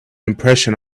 impression